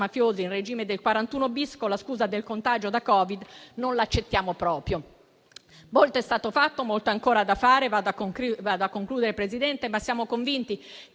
mafiosi in regime di 41-*bis* con la scusa del contagio da Covid, non l'accettiamo proprio. Molto è stato fatto e molto ancora c'è da fare, Presidente, ma siamo convinti